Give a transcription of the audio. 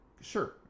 Sure